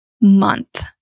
month